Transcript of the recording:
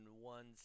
one